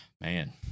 Man